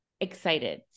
excited